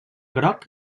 groc